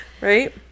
Right